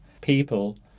people